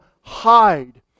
hide